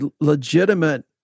legitimate